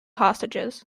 hostages